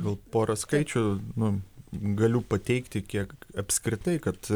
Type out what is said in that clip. gal porą skaičių nu galiu pateikti kiek apskritai kad